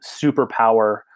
superpower